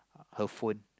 her phone